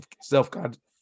self-conscious